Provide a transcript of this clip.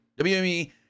WME